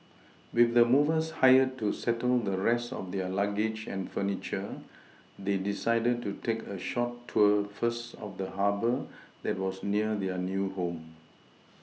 with the movers hired to settle the rest of their luggage and furniture they decided to take a short tour first of the Harbour that was near their new home